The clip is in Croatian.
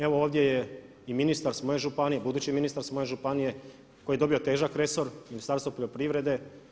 Evo ovdje je i ministar s moje županije, budući ministar s moje županije koji je dobio težak resor Ministarstvo poljoprivrede.